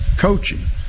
coaching